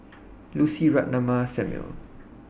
Lucy Ratnammah Samuel